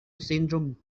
syndrome